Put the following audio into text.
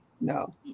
no